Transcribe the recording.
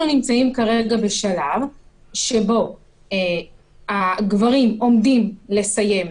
אנחנו נמצאים כרגע בשלב שבו הגברים עומדים לסיים.